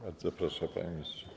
Bardzo proszę, panie ministrze.